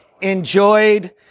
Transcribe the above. enjoyed